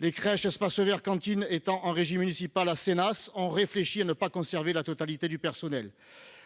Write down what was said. les crèches, la gestion des espaces vert et les cantines sont en régie municipale, et l'on réfléchit à ne pas conserver la totalité du personnel.